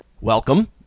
Welcome